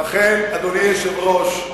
אדוני היושב-ראש,